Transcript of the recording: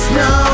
no